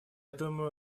думаю